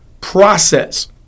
process